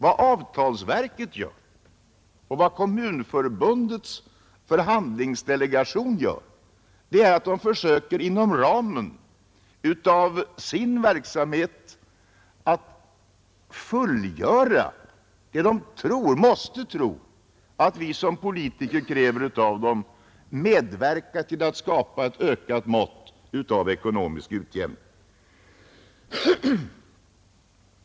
Vad avtalsverket gör och vad kommunförbundets förhandlingsdelegation gör är att de försöker att inom ramen för sin verksamhet fullgöra det som de måste tro att vi såsom politiker kräver av dem, nämligen att de medverkat till att skapa ett ökat mått av ekonomisk utjämning.